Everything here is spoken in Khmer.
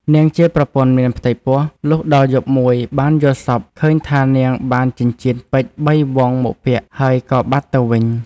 នាងជាប្រពន្ធមានផ្ទៃពោះ លុះដល់យប់មួយបានយល់សប្ដិឃើញថានាងបានចិញ្ចៀនពេជ្របីវង់មកពាក់ ហើយក៏បាត់ទៅវិញ ។